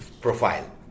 profile